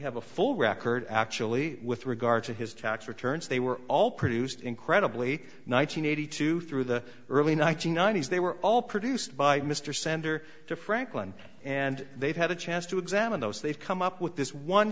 have a full record actually with regard to his tax returns they were all produced incredibly nine hundred eighty two through the early one nine hundred ninety s they were all produced by mr center to franklin and they've had a chance to examine those they've come up with this one